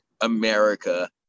America